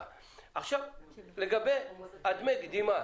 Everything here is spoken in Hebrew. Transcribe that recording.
לגבי דמי מקדמה,